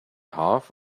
half